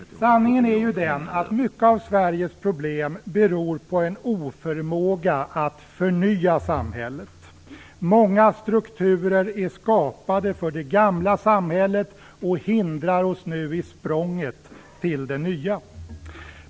Sanningen är att mycket av Sveriges problem beror på en oförmåga att förnya samhället. Många strukturer är skapade för det gamla samhället och hindrar oss nu i språnget till det nya.